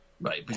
right